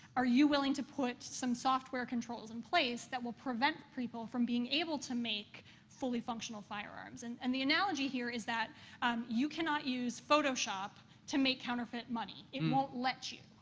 are you willing to put some software controls in place that will prevent people from being able to make fully functional firearms? and and the analogy here is that um you cannot use photoshop to make make counterfeit money. it won't let you.